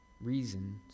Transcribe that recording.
reasons